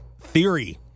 Theory